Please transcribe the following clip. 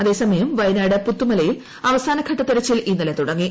അതേസമയം വയനാട് പുത്തുമലയിൽ അവസാനഘട്ട തെരച്ചിൽ ഇന്നലെ തുടങ്ങി